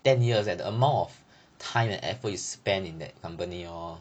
ten years eh the amount of time and effort you spend in that company orh